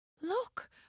Look